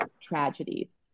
tragedies